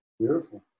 Beautiful